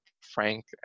frank